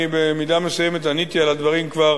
אני במידה מסוימת עניתי על הדברים כבר